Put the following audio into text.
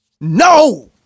No